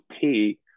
pay